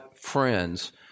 friends